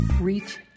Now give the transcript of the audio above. reach